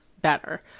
better